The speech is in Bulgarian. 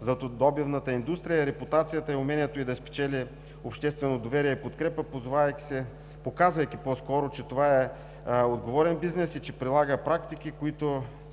златодобивната индустрия е репутацията и умението ѝ да спечели обществено доверие и подкрепа, показвайки, че това е отговорен бизнес и че прилага практики, които